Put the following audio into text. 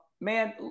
man